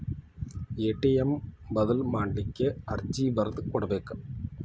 ATM ಬದಲ್ ಮಾಡ್ಲಿಕ್ಕೆ ಅರ್ಜಿ ಬರ್ದ್ ಕೊಡ್ಬೆಕ